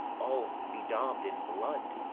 all bedaub'd in blood,